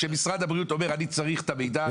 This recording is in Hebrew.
כאשר משרד הבריאות אומר שהוא צריך את המידע,